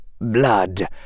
blood